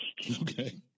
Okay